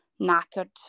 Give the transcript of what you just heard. knackered